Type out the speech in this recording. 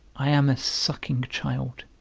i am a sucking child,